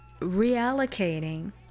reallocating